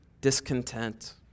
discontent